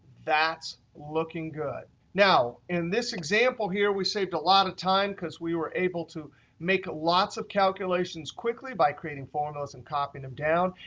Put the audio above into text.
that's looking good. now, in this example here, we saved a lot of time. because we were able to make lots of calculations quickly by creating formulas and copying them down.